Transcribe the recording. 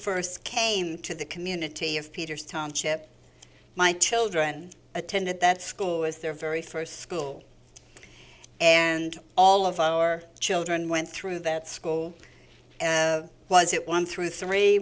first came to the community of peter's township my children attended that school as their very first school and all of our children went through that school was it one through three